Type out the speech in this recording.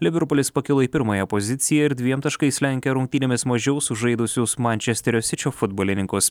liverpulis pakilo į pirmąją poziciją ir dviem taškais lenkia rungtynėmis mažiau sužaidusius mančesterio sičio futbolininkus